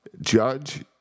Judge